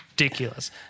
ridiculous